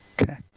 Okay